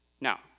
Now